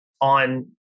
on